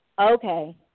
Okay